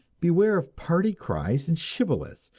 beware of party cries and shibboleths,